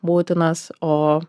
būtinas o